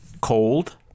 Cold